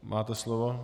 Máte slovo.